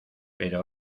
pero